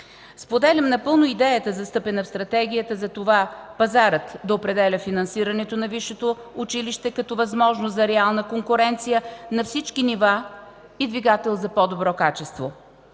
Споделям напълно идеята, застъпена в Стратегията, за това пазарът да определя финансирането на висшето училище като възможност за реална конкуренция на всички нива и двигател за по-добро качество.